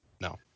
No